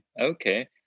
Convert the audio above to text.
okay